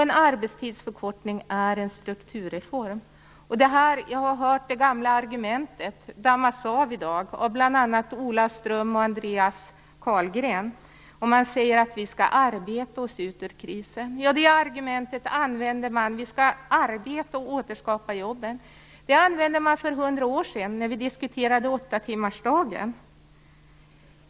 En arbetstidsförkortning är en strukturreform. Jag har hört ett gammalt argument dammas av i dag, bl.a. av Ola Ström och Andreas Carlgren. De säger att vi skall arbeta oss ut ur krisen. Vi skall arbeta och återskapa jobben. Det argumentet använde man för hundra år sedan när vi diskuterade åttatimmarsdagen.